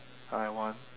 I want